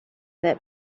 that